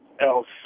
else